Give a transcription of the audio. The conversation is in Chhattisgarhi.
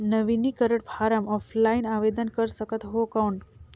नवीनीकरण फारम ऑफलाइन आवेदन कर सकत हो कौन?